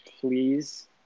please